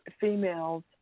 females